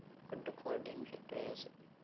মোৰ দুখৰ দিন সেইটোৱেই আছিল